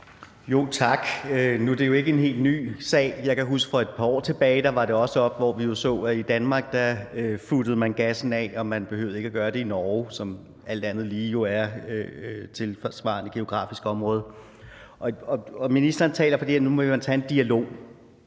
Tak. Nu er det jo ikke en helt ny sag. Jeg kan huske, at for et par år tilbage var den også oppe, hvor vi så, at i Danmark futtede man gassen af, og at man ikke behøvede at gøre det i Norge, som alt andet lige jo er et tilsvarende geografisk område. Og ministeren taler for, at nu må man tage en dialog.